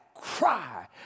cry